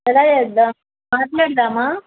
ఎలా చేద్దాము మాట్లాడదామా